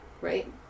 right